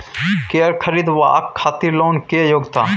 कैर खरीदवाक खातिर लोन के योग्यता?